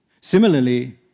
Similarly